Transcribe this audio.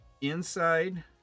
inside